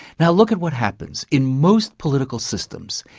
now look at what happens. in most political systems,